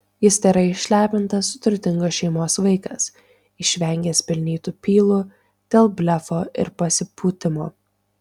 jis tėra išlepintas turtingos šeimos vaikas išvengęs pelnytų pylų dėl blefo ir pasipūtimo